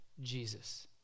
Jesus